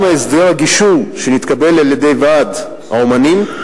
גם הסדר הגישור שנתקבל על-ידי ועד האמנים,